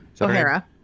O'Hara